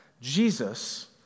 Jesus